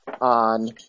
on